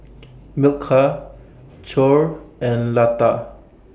Milkha Choor and Lata